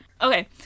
Okay